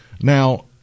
Now